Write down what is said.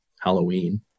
Halloween